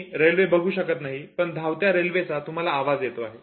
तुम्ही रेल्वे बघू शकत नाही पण धावत्या रेल्वेचा तुम्हाला आवाज येतो आहे